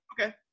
Okay